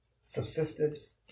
subsistence